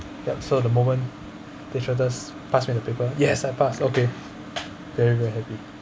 that so the moment they showed us pass me the paper yes I passed okay very very happy